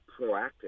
proactive